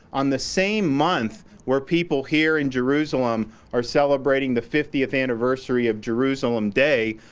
on the same month where people here in jerusalem are celebrating the fiftieth anniversary of jerusalem day,